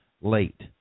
Late